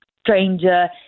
stranger